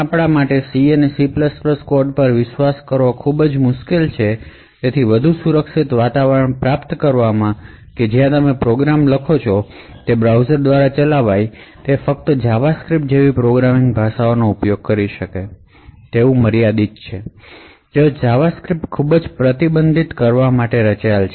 આપણા માટે C અને C કોડ પર વિશ્વાસ કરવો ખૂબ મુશ્કેલ છે તેથી વધુ સુરક્ષિત વાતાવરણ પ્રાપ્ત કરવા માટે કે જ્યાં તમે પ્રોગ્રામ કે જે તમે તમારા બ્રાઉઝર દ્વારા ચલાવો છો તે મર્યાદિત વાતાવરણમાં રહે તે માટે જાવાસ્ક્રિપ્ટ જેવી પ્રોગ્રામિંગ ભાષાઓનો ઉપયોગ કરાય છે જાવાસ્ક્રિપ્ટ ખૂબ પ્રતિબંધિત કરવા માટે રચાયેલ છે